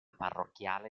parrocchiale